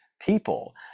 people